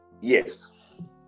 Yes